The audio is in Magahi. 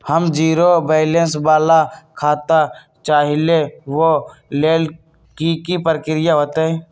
हम जीरो बैलेंस वाला खाता चाहइले वो लेल की की प्रक्रिया होतई?